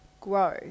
grow